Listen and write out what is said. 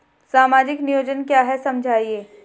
सामाजिक नियोजन क्या है समझाइए?